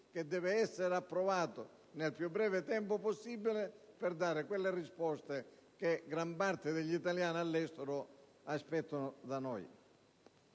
vada dunque approvato nel più breve tempo possibile, per dare quelle risposte che gran parte degli italiani all'estero aspettano da noi.